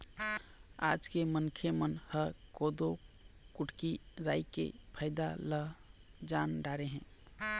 आज के मनखे मन ह कोदो, कुटकी, राई के फायदा ल जान डारे हे